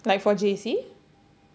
like for J_C